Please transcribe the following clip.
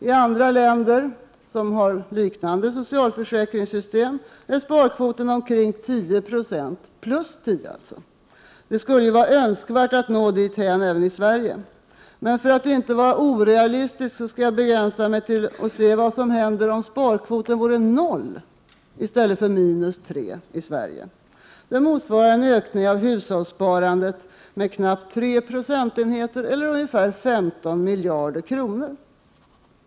I andra länder som har liknande socialförsäkringssystem ligger sparkvoten på omkring 10 96 — alltså plus 10 26. Det vore önskvärt att nå dithän även i Sverige. Men för att inte vara orealistisk skall jag begränsa mig till att studera vad som händer om sparkvoten i Sverige låg på 0 9 i stället för minus 3 20. Det skulle motsvara en ökning av hushållssparandet med knappt 3 procentenheter, eller ungefär 15 miljarder kronor.